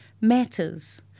matters